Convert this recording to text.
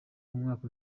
umwaka